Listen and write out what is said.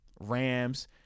Rams